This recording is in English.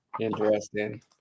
interesting